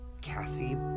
Cassie